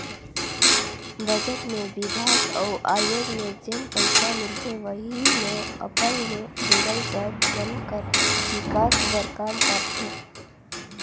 budget मे बिभाग अउ आयोग ल जेन पइसा मिलथे वहीं मे अपन ले जुड़ल जाएत मन कर बिकास बर काम करथे